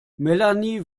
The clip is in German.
melanie